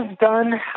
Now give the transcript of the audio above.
done